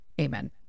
Amen